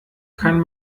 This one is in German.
kann